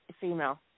female